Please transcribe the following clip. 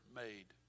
made